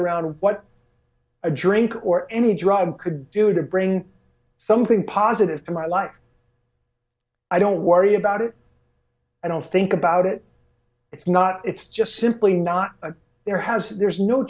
around what a drink or any drug could do to bring something positive to my life i don't worry about it i don't think about it it's not it's just simply not there has there's no